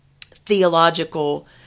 theological